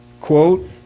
Quote